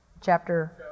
Chapter